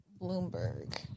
bloomberg